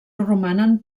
romanen